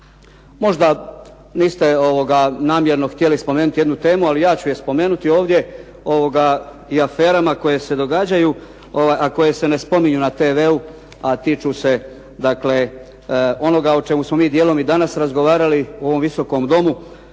možda niste namjerno htjeli spomenuti jednu temu, ali ja ću je spomenuti ovdje i aferama koje se događaju, a koje se ne spominju na TV-u, a tiču se dakle onoga o čemu smo mi dijelom i danas razgovarali u ovom Visokom domu.